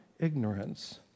ignorance